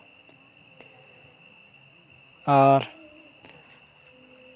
ᱟᱨ